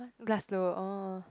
Glasgow orh